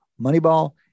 Moneyball